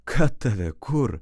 kad tave kur